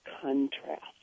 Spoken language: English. contrast